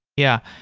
yeah.